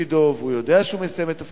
תפקידו והוא יודע שהוא מסיים את תפקידו.